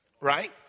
Right